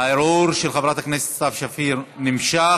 הערעור של חברת הכנסת סתיו שפיר נמשך,